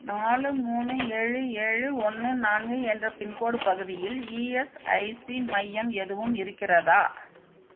நாலு மூணு ஏழு ஏழு ஒன்று நான்கு என்ற பின்கோடு பகுதியில் இஎஸ்ஐசி மையம் எதுவும் இருக்கிறதா